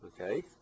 okay